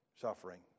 suffering